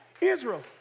Israel